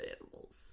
animals